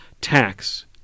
tax